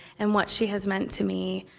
and what she has meant to me,